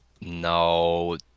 No